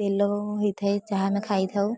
ତେଲ ହୋଇଥାଏ ଯାହା ଆମେ ଖାଇଥାଉ